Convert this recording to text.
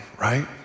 right